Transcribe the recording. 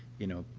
you know,